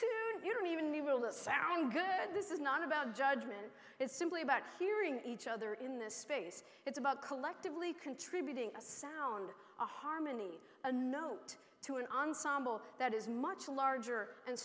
tune you don't even need a rule that sound good this is not about judgment it's simply about hearing each other in this space it's about collectively contributing a sound a harmony a note to an ensemble that is much larger and